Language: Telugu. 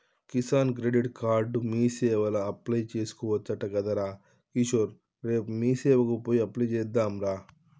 కిసాన్ క్రెడిట్ కార్డు మీసేవల అప్లై చేసుకోవచ్చట గదరా కిషోర్ రేపు మీసేవకు పోయి అప్లై చెద్దాంరా